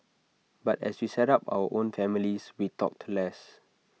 but as we set up our own families we talked less